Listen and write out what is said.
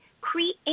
create